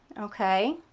okay.